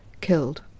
killed